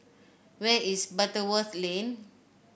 where is Butterworth Lane